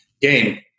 game